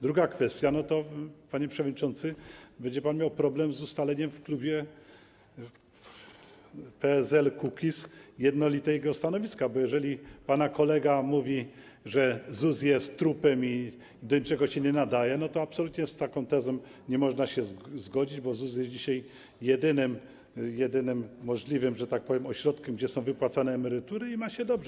Druga kwestia jest taka, panie przewodniczący, że będzie pan miał problem z ustaleniem w klubie PSL-Kukiz jednolitego stanowiska, bo jeżeli pana kolega mówi, że ZUS jest trupem i do niczego się nie nadaje, to absolutnie z taką tezą nie można się zgodzić, bo ZUS jest dzisiaj jedynym możliwym, że tak powiem, ośrodkiem, gdzie są wypłacane emerytury, i ma się dobrze.